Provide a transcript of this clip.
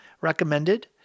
Recommended